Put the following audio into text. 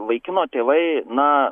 vaikino tėvai na